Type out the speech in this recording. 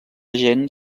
gent